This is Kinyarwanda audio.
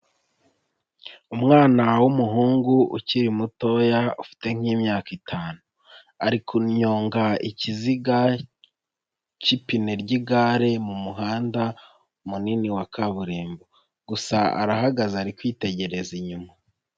Umwana w'umuhungu ukiri mutoya ufite nk'imyaka itanu, arikunyonga ikiziga cy'ipine ry'igare mu muhanda munini wa kaburimbo gusa arahagaze ari kwitegereza inyuma.